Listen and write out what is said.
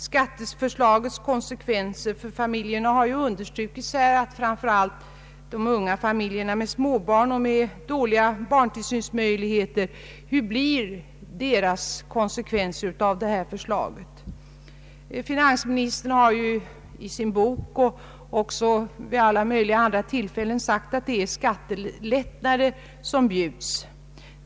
Skatteförslagets konsekvenser för familjerna har redan understrukits här. Hur blir konsekvenserna för de unga familjerna, som ju har svårt att få möjligheter till barntillsyn? Finansministern har i sin bok och vid åtskilliga andra tillfällen sagt att skattelättnader bjuds barnfamiljerna.